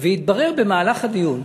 התברר במהלך הדיון,